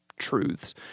truths